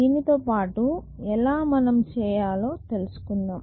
దీనితో పాటు ఎలా మనం చేయాలో తెలుసుకుందాం